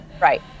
Right